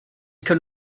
can